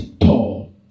tall